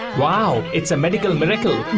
wow! it's a medical miracle.